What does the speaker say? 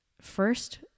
first